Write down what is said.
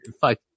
fuck